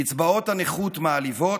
קצבאות הנכות מעליבות,